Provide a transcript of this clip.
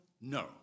no